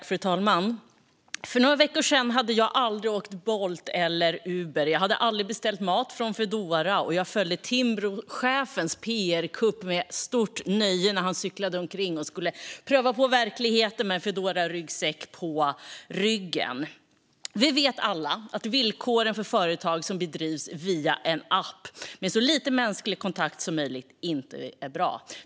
Fru talman! Fram till för några veckor sedan hade jag aldrig åkt Bolt eller Uber, och jag hade aldrig beställt mat från Foodora. Jag följde med stort nöje Timbrochefens pr-kupp när han cyklade omkring och skulle prova på verkligheten med en Foodoraryggsäck på ryggen. Vi vet alla att villkoren för företag som bedrivs via en app med så lite mänsklig kontakt som möjligt inte är bra.